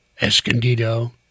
Escondido